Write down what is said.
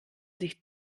sich